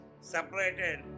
separated